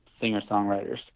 singer-songwriters